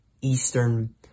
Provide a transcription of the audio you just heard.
Eastern